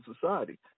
society